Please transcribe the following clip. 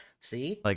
See